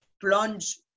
plunge